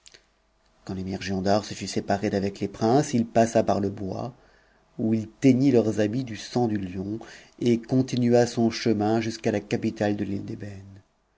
quand l'émir giondar se fut séparé d'avec les princes il passa par le bois où il teignit leurs habits du sang du lion et continua son chemin jusqu'à la capitale de l'ile